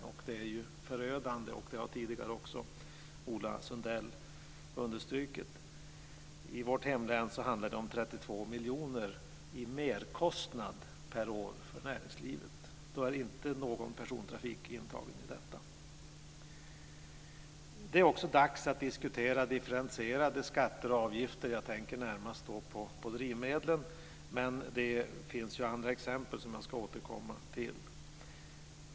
Konsekvenserna är förödande, vilket också Ola Sundell har understrukit. I vårt hemlän handlar det om 32 miljoner i merkostnad per år för näringslivet - och det innefattar inte persontrafiken. Det är också dags att diskutera differentierade skatter och avgifter. Jag tänker närmast då på drivmedel, men det finns ju andra exempel som jag ska återkomma till.